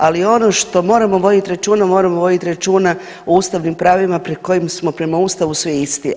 Ali ono što moramo vodit računa moramo vodit računa o ustavnim pravima pred kojim smo prema ustavu svi isti.